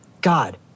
God